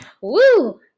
Woo